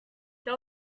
they